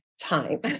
time